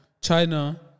China